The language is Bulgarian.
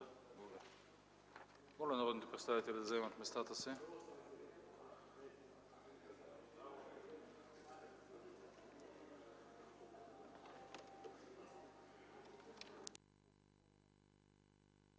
Моля народните представители да заемат местата си